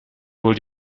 wohl